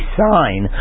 sign